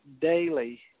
daily